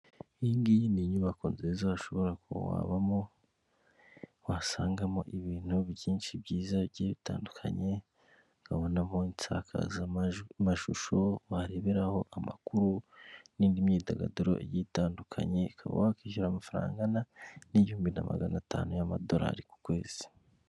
Iyi ngiyi ni inyubako nziza ushobora kuba wabamo, wasangamo ibintu byinshi byiza bigiye bitandukanye, ukabonamo insakazamashusho wareberaho amakuru n'indi myidagaduro igiye itandukanye, ukaba wakishyura amafaranga angana n'igihumbi na magana atanu y'amadorari ku kwezi.